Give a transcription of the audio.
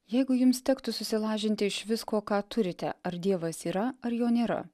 jeigu jums tektų susilažinti iš visko ką turite ar dievas yra ar jo nėra